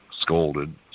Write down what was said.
scolded